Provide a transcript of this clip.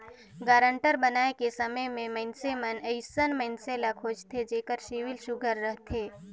guarantor बनाए के समे में मइनसे मन अइसन मइनसे ल खोझथें जेकर सिविल सुग्घर रहथे